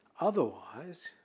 Otherwise